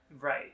Right